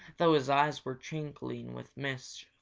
though his eyes were twinkling with mischief.